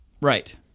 Right